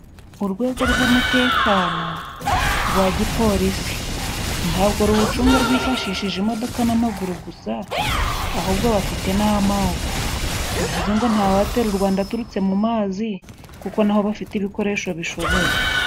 Urwego rw'umutekano rwa gipolisi， ntabwo ruwucunga rwifashishije imodoka n'amaguru gusa， ahubwo bafite n'amato，bivuze ngo nta watera u Rwanda aturutse mu mazi kuko naho bafite ibikoresho bishoboye.